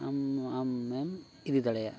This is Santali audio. ᱟᱢ ᱟᱢᱮᱢ ᱤᱫᱤ ᱫᱟᱲᱮᱭᱟᱜᱼᱟ